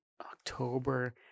October